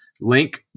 link